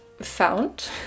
Found